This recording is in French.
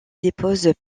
dépose